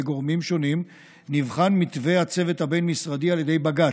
גורמים שונים נבחן מתווה הצוות הבין-משרדי על ידי בג"ץ.